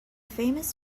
famous